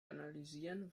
analysieren